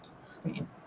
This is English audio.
screen